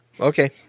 okay